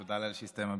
תודה לאל שהסתיים הבידוד.